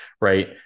right